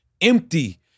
empty